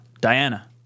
Diana